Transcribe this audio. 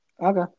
Okay